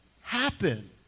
happen